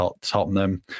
Tottenham